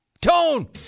Tone